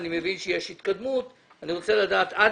אני מבין שיש התקדמות ואני רוצה לדעת עד